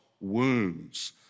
wounds